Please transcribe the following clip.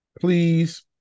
Please